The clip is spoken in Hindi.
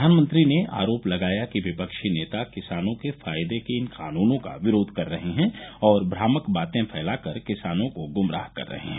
प्रधानमंत्री ने आरोप लगाया कि विपक्षी नेता किसानों के फायदे के इन कानूनों का विरोध कर रहे हैं और भ्रामक बातें फैलाकर किसानों को गुमराह कर रहे हैं